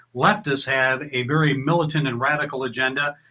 what does have a very militant and radical agenda.